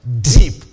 deep